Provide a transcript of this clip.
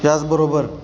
त्याचबरोबर